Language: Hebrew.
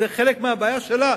זה חלק מהבעיה שלה,